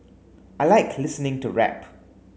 I like listening to rap